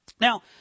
Now